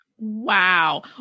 Wow